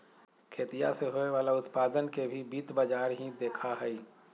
खेतीया से होवे वाला उत्पादन के भी वित्त बाजार ही देखा हई